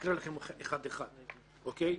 ואקריא לכם אחד-אחד, אוקיי?